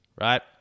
right